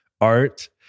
art